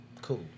cool